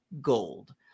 gold